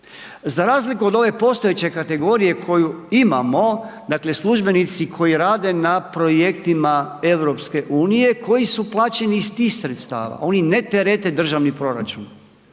Za razliku od ove postojeće kategorije koju imamo dakle službenici koji rade na projektima EU koji su plaćeni iz tih sredstava, oni ne terete državni proračun,